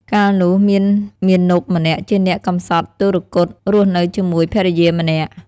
កាលនោះ មានមាណពម្នាក់ជាអ្នកកំសត់ទុគ៌ត រស់នៅជាមួយភរិយាម្នាក់។